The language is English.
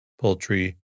poultry